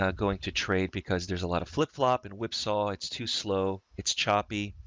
um going to trade because there's a lot of flip flop and whipsaw. it's too slow. it's choppy.